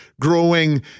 growing